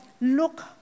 look